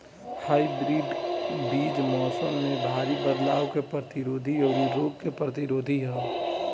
hybrid बीज मौसम में भारी बदलाव के प्रतिरोधी और रोग प्रतिरोधी ह